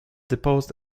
deposed